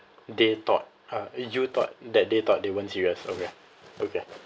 they thought uh you thought that they thought they weren't serious okay okay